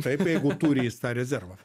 taip jeigu turi jis tą rezervą